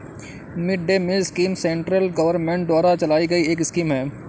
mid day meal scheme central government द्वारा चलाई गई एक स्कीम है